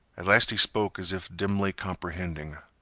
at last he spoke as if dimly comprehending.